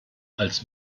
als